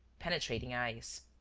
penetrating eyes.